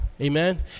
Amen